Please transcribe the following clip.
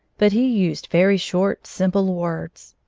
but he used very short, simple words.